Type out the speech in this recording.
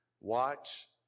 Watch